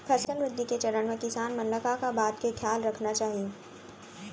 फसल वृद्धि के चरण म किसान मन ला का का बात के खयाल रखना चाही?